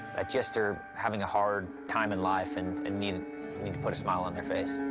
just are having a hard time in life and and need need to put a smile on their face.